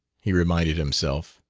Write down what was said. he reminded himself,